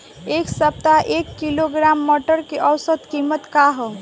एक सप्ताह एक किलोग्राम मटर के औसत कीमत का ह?